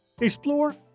Explore